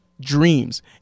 dreams